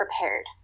prepared